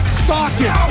stalking